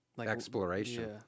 Exploration